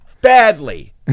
badly